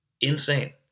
Insane